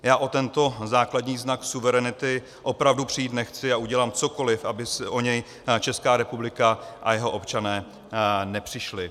Já o tento základní znak suverenity opravdu přijít nechci a udělám cokoli, aby o něj Česká republika a jeho občané nepřišli.